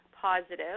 positive